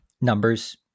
numbers